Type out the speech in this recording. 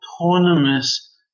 autonomous